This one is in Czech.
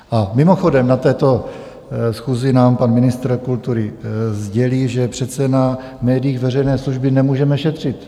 A mimochodem na této schůzi nám pan ministr kultury sdělí, že přece na v médiích veřejné služby nemůžeme šetřit.